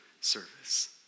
service